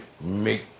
make